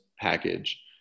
package